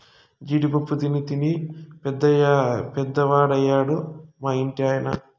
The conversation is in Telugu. జీడి పప్పు తినీ తినీ పెద్దవాడయ్యాడు మా ఇంటి ఆయన